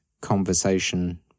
conversation